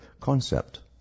concept